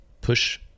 push